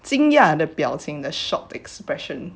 惊讶的表情 the shocked expression